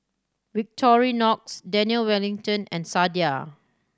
Victorinox Daniel Wellington and Sadia